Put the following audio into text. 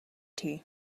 tea